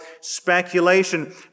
speculation